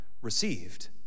received